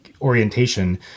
orientation